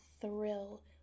thrill